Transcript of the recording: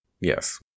Yes